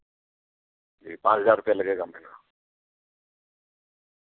جی پانچ ہزار روپیہ لگے گا آم کلو